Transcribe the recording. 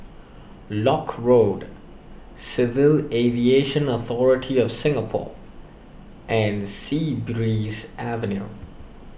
Lock Road Civil Aviation Authority of Singapore and Sea Breeze Avenue